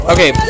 Okay